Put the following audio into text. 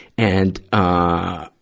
and, ah,